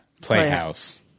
Playhouse